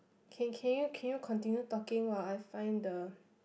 can can you can you continue talking while I find the